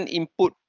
input